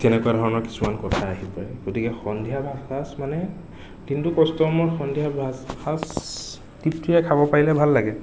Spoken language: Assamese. তেনেকুৱা ধৰণৰ কিছুমান কথা আহি পৰে গতিকে সন্ধিয়াৰ ভাতসাঁজ মানে দিনটোৰ কষ্টৰ মূৰত সন্ধিয়াৰ ভাতসাঁজ তৃপ্তিৰে খাব পাৰিলে ভাল লাগে